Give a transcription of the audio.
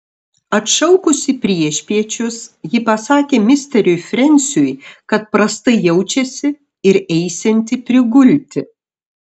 atšaukusi priešpiečius ji pasakė misteriui frensiui kad prastai jaučiasi ir eisianti prigulti